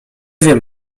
wiem